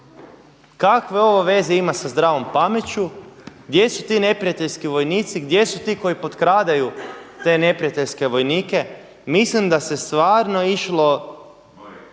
Kakve ovo veze ima sa zdravom pameću, gdje su ti neprijateljski vojnici? Gdje su ti koji potkradaju te neprijateljske vojnike? Mislim da se stvarno išlo,…